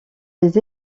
des